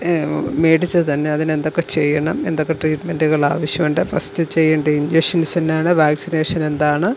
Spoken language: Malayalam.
മേടിച്ചത് തന്നെ അതിന് എന്തൊക്കെ ചെയ്യണം എന്തൊക്കെ ട്രീറ്റ്മെൻ്റുകൾ ആവശ്യമുണ്ട് ഫസ്റ്റ് ചെയ്യേണ്ട ഇഞ്ചക്ഷൻസ് എന്നാണ് വാക്സിനേഷൻ എന്താണ്